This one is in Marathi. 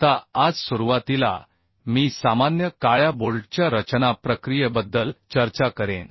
आता आज सुरुवातीला मी सामान्य काळ्या बोल्टच्या रचना प्रक्रियेबद्दल चर्चा करेन